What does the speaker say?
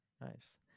Nice